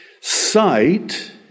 Sight